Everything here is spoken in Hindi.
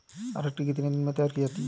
अरहर कितनी दिन में तैयार होती है?